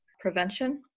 prevention